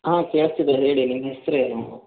ಹಾಂ ಕೇಳಿಸ್ತಿದೆ ಹೇಳಿ ನಿಮ್ಮ ಹೆಸ್ರು ಏನು